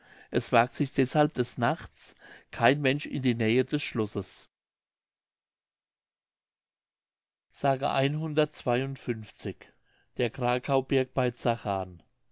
es wagt sich deshalb des nachts kein mensch in die nähe des schlosses mündlich der krakauberg bei zachan